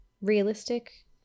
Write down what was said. realistic